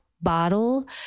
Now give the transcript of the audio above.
bottle